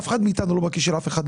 אף אחד מאיתנו לא בכיס של אף אחד,